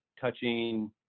touching